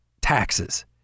taxes